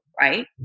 right